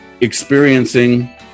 experiencing